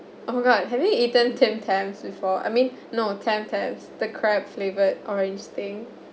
oh my god have you eaten tim tam before I mean no tam tam the crab flavored orange thing